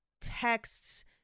texts